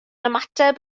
ymateb